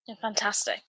Fantastic